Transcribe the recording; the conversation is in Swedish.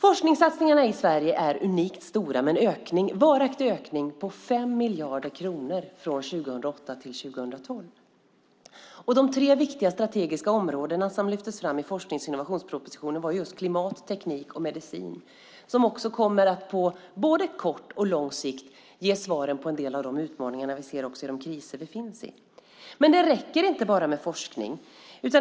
Forskningssatsningarna i Sverige är unikt stora med en varaktig ökning med 5 miljarder kronor 2008-2012. De tre viktiga strategiska områden som lyftes fram i forsknings och innovationspropositionen var just klimat, teknik och medicin, som kommer att på både kort och lång sikt ge svaren på en del av de utmaningar vi ser i de kriser vi befinner oss i. Men det räcker inte med bara forskning.